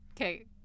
okay